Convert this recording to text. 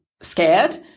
scared